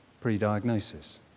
pre-diagnosis